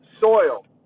Soil